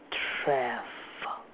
travel